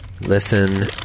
Listen